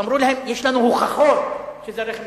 אמרו להם: יש לנו הוכחות שזה רכב משטרתי.